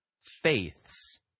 faiths